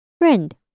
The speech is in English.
friend